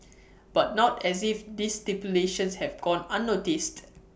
but not as if this stipulations have gone unnoticed